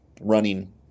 running